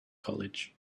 college